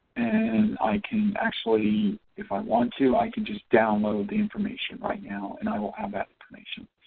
and i can actually if i want to i can just download the information right now and i will have that information